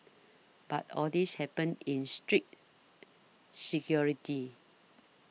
but all this happened in strict security